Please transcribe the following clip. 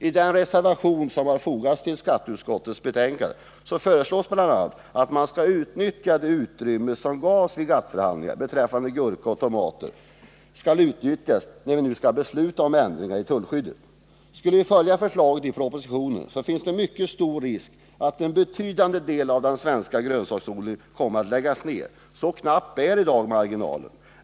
I den reservation som fogats till skatteutskottets betänkande föreslås att det utrymme som gavs vid GATT-förhandlingarna beträffande gurka och tomater skall utnyttjas när vi nu skall besluta om ändringar i tullskyddet. Skulle vi följa förslaget i propositionen finns det en mycket stor risk för att en betydande del av den svenska grönsaksodlingen kommer att läggas ned — så knapp är i dag marginalen.